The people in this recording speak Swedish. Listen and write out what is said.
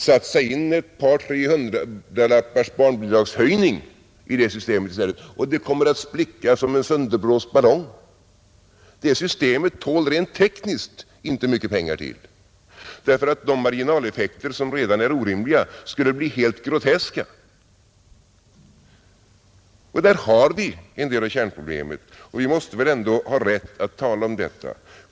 Satsa motsvarigheten till ett par hundralappar till i barnbidragshöjning, och systemet kommer att spricka som en sönderblåst balong! Systemet tål rent tekniskt inte mycket mer pengar; de marginaleffekter som redan är orimliga skulle bli helt groteska. Där har vi en del av kärnproblemet, och vi måste väl ändå ha rätt att tala om detta.